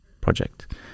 project